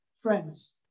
friends